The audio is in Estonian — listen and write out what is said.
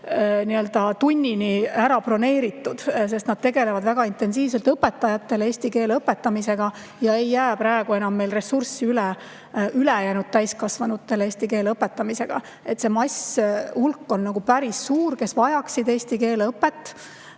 viimase tunnini ära broneeritud. Nad tegelevad väga intensiivselt õpetajatele eesti keele õpetamisega ja meil ei ole enam ressurssi ülejäänud täiskasvanutele eesti keele õpetamiseks. See mass, see hulk on päris suur, kes vajaksid eesti keele õpet.